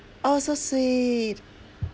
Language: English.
oh so sweet